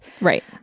Right